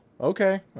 Okay